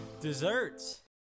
Desserts